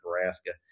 Nebraska